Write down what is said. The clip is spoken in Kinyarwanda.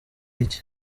iki